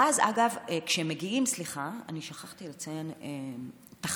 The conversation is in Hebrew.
אגב, כשהם מגיעים, סליחה, אני שכחתי לציין תחנה: